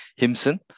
Himson